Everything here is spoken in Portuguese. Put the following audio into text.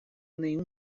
nenhum